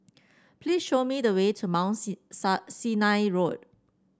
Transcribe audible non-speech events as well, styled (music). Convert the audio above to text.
please show me the way to Mount (unintelligible) Sinai Road